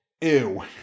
Ew